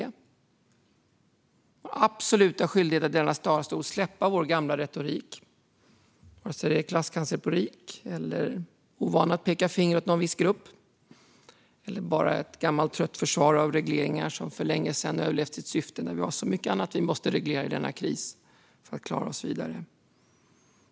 Det är vår absoluta skyldighet att i denna talarstol släppa vår gamla retorik, vare sig det gäller klasskampsretorik, ovanan att peka finger åt någon viss grupp eller bara ett gammalt trött försvar av regleringar som för länge sedan har överlevt sitt syfte. Vi har så mycket annat som vi måste reglera i krisen för att klara oss vidare.